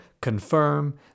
confirm